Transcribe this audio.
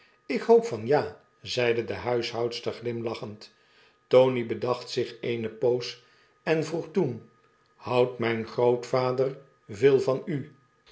lk hoop van ja zeide de huishoudster glimlachend tony bedacht zich eene poos en vroeg toen houdt mijn grootvader veel van u